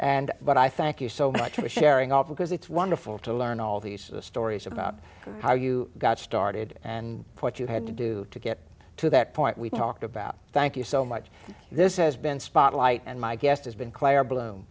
and but i thank you so much for sharing all because it's wonderful to learn all these stories about how you got started and what you had to do to get to that point we talked about thank you so much this has been spotlight and my guest has been claire blo